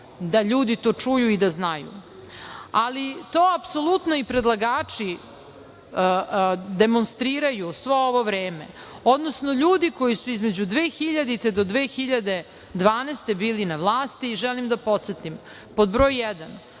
da ljudi to čuju i da znaju. To apsolutno i predlagači demonstriraju svo ovo vreme, odnosno ljudi koji su između 2000. do 2012. godine bili na vlasti i želim da podsetim da, pod